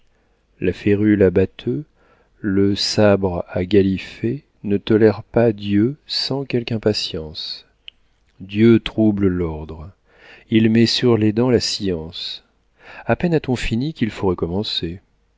la férule à batteux le sabre à galifet ne tolèrent pas dieu sans quelque impatience dieu trouble l'ordre il met sur les dents la science à peine a-t-on fini qu'il faut recommencer